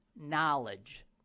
knowledge